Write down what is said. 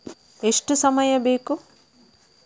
ಎಷ್ಟು ಸಮಯ ಬೇಕು?